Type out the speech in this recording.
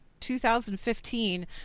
2015